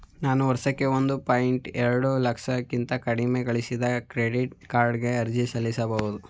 ನಾನು ವರ್ಷಕ್ಕೆ ಒಂದು ಪಾಯಿಂಟ್ ಎರಡು ಲಕ್ಷಕ್ಕಿಂತ ಕಡಿಮೆ ಗಳಿಸಿದರೆ ಕ್ರೆಡಿಟ್ ಕಾರ್ಡ್ ಗೆ ಅರ್ಜಿ ಸಲ್ಲಿಸಬಹುದೇ?